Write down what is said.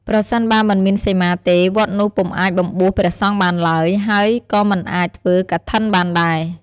ប្រសិនមិនមានសីមាទេ វត្តនោះពុំអាចបំបួសព្រះសង្ឃបានឡើយ ហើយក៏មិនអាចធ្វើកឋិនបានដែរ។